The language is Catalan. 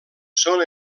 són